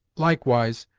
likewise,